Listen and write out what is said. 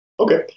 Okay